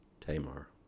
Tamar